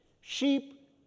Sheep